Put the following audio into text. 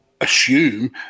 assume